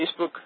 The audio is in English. Facebook